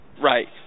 Right